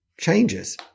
changes